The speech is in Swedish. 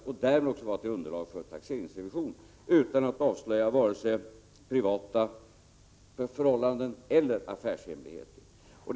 Därmed kan den också vara till underlag för taxeringsrevision utan att avslöja vare sig privata förhållanden eller affärshemligheter.